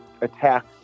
attacks